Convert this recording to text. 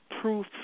proof